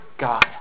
God